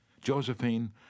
Josephine